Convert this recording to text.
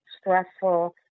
stressful